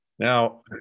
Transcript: Now